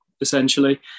essentially